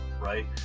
right